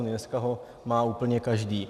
Dneska ho má úplně každý.